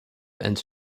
and